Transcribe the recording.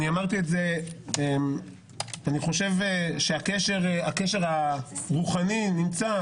אני חושב שהקשר הרוחני נמצא,